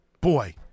Boy